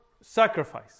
Sacrifice